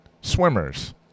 swimmers